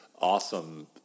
awesome